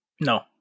No